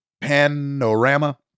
Panorama